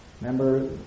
Remember